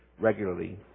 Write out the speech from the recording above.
regularly